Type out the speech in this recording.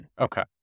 Okay